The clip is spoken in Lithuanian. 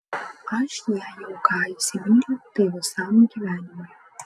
aš jei jau ką įsimyliu tai visam gyvenimui